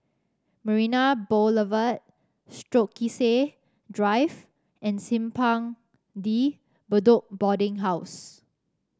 Marina Boulevard Stokesay Drive and Simpang De Bedok Boarding House